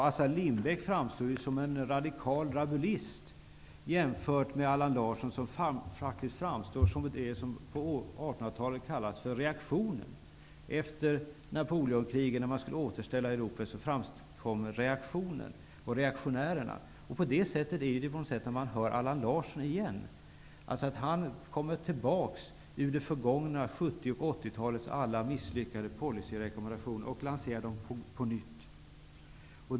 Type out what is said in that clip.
Assar Lindbeck framstår ju som en radikal rabulist i jämförelse med Allan Larsson, som faktiskt framstår som företrädare för det som på 1800-talet kallades för reaktion. När man efter Napoleonkrigen skulle återställa Europa, kom reaktionen och reaktionärerna. Sådant är intrycket när man hör Allan Larsson. Han går tillbaka till det förgångna, till 70 och 80-talens alla misslyckade policyrekommendationer och lanserar dem på nytt.